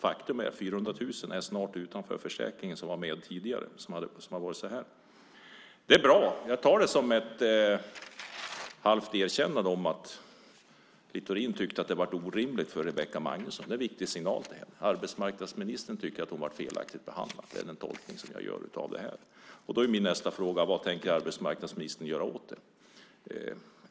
Faktum är att snart 400 000 som tidigare hade en försäkring står utanför. Jag tar det som ett halvt erkännande att Littorin tycker att det blev en orimlig situation för Rebecka Magnusson. Det är en viktig signal till henne. Arbetsmarknadsministern tycker att hon blev felaktigt behandlad. Det är den tolkning jag gör. Min nästa fråga blir då: Vad tänker arbetsmarknadsministern göra åt det?